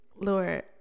Lord